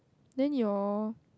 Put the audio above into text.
then your